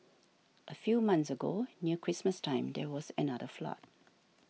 a few months ago near Christmas time there was another flood